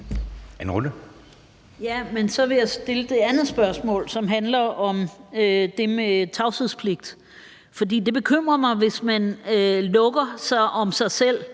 (EL): Jamen så vil jeg stille det andet spørgsmål, som handler om det med tavshedspligt, for det bekymrer mig, hvis man lukker sig om sig selv